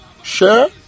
Share